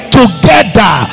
together